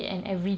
mm